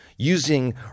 Using